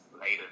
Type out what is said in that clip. Later